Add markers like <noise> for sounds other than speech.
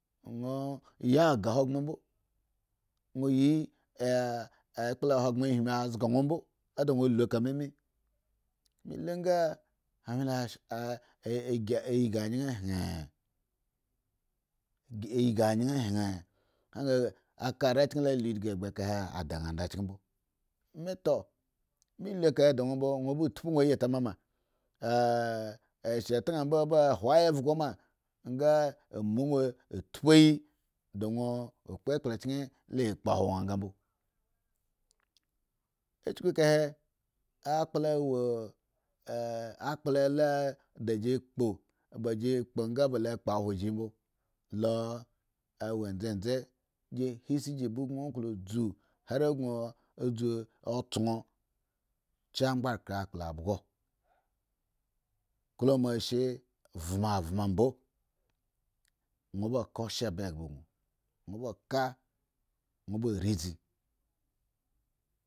Won yi aga ahoghren mbo ukpla hogbren hmi zga won mbo me li nga anwye lo gi ayin hwen ygi ayin hwen ka are chen le lu idigu egba di an o da chen mbo matoo me lu elcahe da wo mbo won mbo won ba tpy wo ayi ta ma ma <hesitation> e shitan mbo ba hwo evgo ma nga a mou won tpuyi da won kpo ekpla chen lla kpo a hwo won mbo chuku eka he <hesitation> a ji kpo baji pkonga balo kpo hwoji awo dzedze ji sesi ji ba banji klo dzu hari gon dzu oton chu angba khre akpla abgo klo ma she vmavma mbo won baka oshye ba egba gon wonb bo rizi won ba wo chimeazba